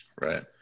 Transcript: Right